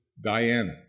Diana